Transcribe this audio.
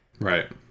Right